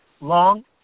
long